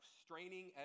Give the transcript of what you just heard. straining